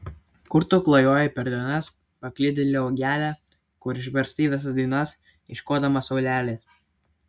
kur tu klajojai per dienas paklydėle uogele kur išbarstei visas dainas ieškodama saulelės